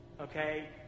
okay